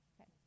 Okay